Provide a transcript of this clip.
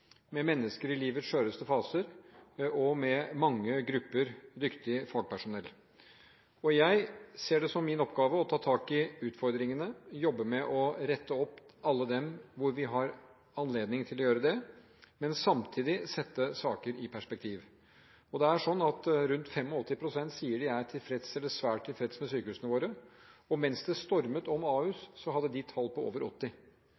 med mennesker i livets skjøreste faser og med mange grupper dyktig fagpersonell. Jeg ser det som min oppgave å ta tak i utfordringene, jobbe med å rette opp alle de saker hvor vi har anledning til å gjøre det, men samtidig sette saker i perspektiv. Rundt 85 pst. sier de er tilfreds eller svært tilfreds med sykehusene våre. Mens det stormet om Ahus, hadde de prosenttall på over 80.